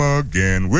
again